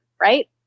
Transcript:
right